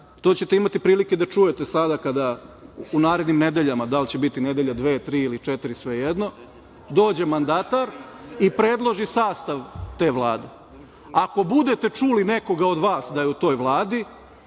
to ćete imati prilike da čujete sada kada u narednim nedeljama, da li će biti nedelja, dve, tri ili četiri, svejedno, dođe mandatar i predloži sastav te Vlade. Ako budete čuli nekoga od vas da je u toj Vladi,